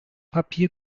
papier